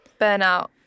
burnout